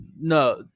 no